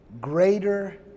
greater